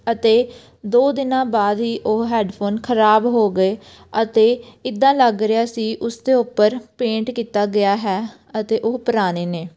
ਅਤੇ ਦੋ ਦਿਨਾਂ ਬਾਅਦ ਹੀ ਉਹ ਹੈਡਫੋਨ ਖਰਾਬ ਹੋ ਗਏ ਅਤੇ ਇੱਦਾਂ ਲੱਗ ਰਿਹਾ ਸੀ ਉਸ ਦੇ ਉੱਪਰ ਪੇਂਟ ਕੀਤਾ ਗਿਆ ਹੈ ਅਤੇ ਉਹ ਪੁਰਾਣੇ ਨੇ